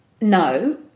no